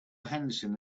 henderson